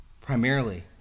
Primarily